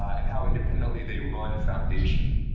and how independently they run foundation.